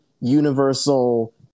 universal